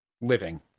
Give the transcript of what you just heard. living